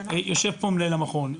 יושב פה מנהל המכון,